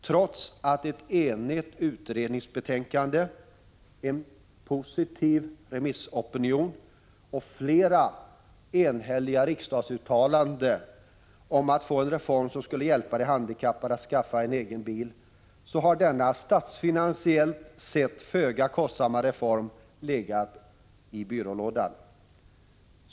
Trots ett enigt utredningsbetänkande, en positiv remissopinion och flera enhälliga riksdagsuttalanden om att få en reform som skulle hjälpa de handikappade att skaffa en egen bil, så har denna statsfinansiellt sett föga kostsamma reform legat i byrålådan.